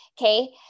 okay